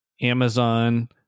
Amazon